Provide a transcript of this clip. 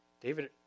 David